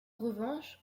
revanche